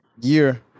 year